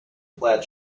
plaid